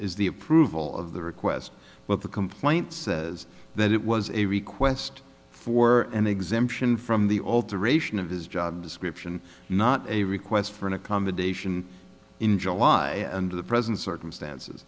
is the approval of the request but the complaint says that it was a request for an exemption from the alteration of his job description not a request for an accommodation in july under the present circumstances